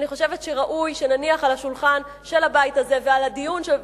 אני חושבת שראוי שנניח על השולחן של הבית הזה ובדיון